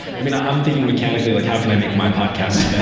i mean, i'm thinking mechanically like how can i make my podcast better.